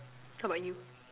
how about you